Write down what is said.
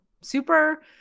Super